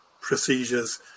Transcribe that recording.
procedures